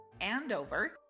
Andover